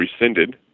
rescinded